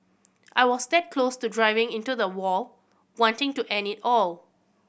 I was that close to driving into the wall wanting to end it all